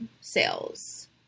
sales